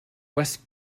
west